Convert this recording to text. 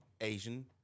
Asian